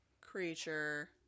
creature